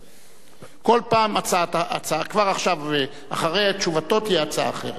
כל פעם, כבר עכשיו אחרי תשובתו תהיה הצעה אחרת.